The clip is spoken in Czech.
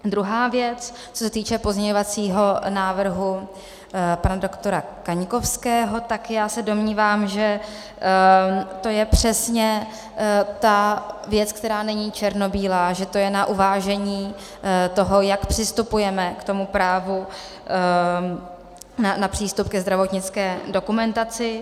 Druhá věc, co se týče pozměňovacího návrhu pana doktora Kaňkovského, tak já se domnívám, že to je přesně ta věc, která není černobílá, že to je na uvážení toho, jak přistupujeme k tomu právu na přístup ke zdravotnické dokumentaci.